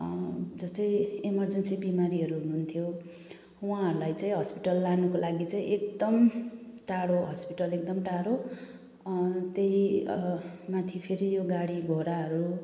जस्तै इमर्जेन्सी बिमारीहरू हुनुहुन्थ्यो उहाँहरूलाई चाहिँ हस्पिटल लानुको लागि चाहिँ एकदम टाढो हस्पिटल एकदम टाढो त्यही माथि फेरि यो गाडीघोडाहरू